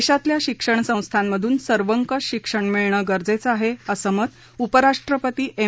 देशातल्या शिक्षणसंस्थांमधून सर्वकंष शिक्षण मिळणं गरजेचं आहे असे मत उपराष्ट्रपती एम